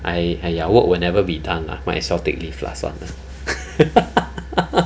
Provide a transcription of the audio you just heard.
ai~ !aiya! work will never be done lah might as well take leave lah 算 lah